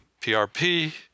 PRP